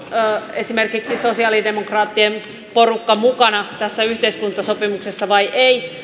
esimerkiksi sosialidemokraattien porukka mukana tässä yhteiskuntasopimuksessa vai ei